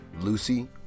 Lucy